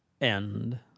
End